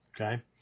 okay